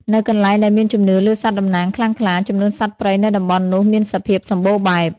នៅកន្លែងដែលមានជំនឿលើសត្វតំណាងខ្លាំងក្លា ចំនួនសត្វព្រៃនៅតំបន់នោះមានសភាពសំបូរបែប។